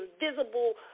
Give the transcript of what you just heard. invisible